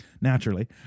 naturally